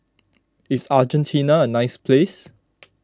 is Argentina a nice place